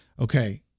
okay